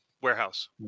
warehouse